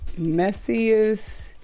Messiest